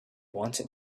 wanted